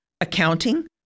accounting